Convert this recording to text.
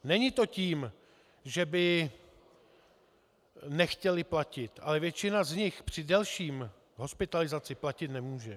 Není to tím, že by nechtěli platit, ale většina z nich při delší hospitalizaci platit nemůže.